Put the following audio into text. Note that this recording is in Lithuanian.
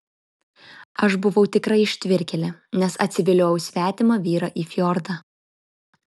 aš buvau tikra ištvirkėlė nes atsiviliojau svetimą vyrą į fjordą